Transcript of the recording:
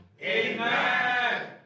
Amen